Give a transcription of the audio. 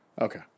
Okay